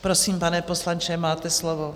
Prosím, pane poslanče, máte slovo.